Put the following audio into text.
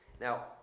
Now